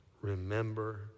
remember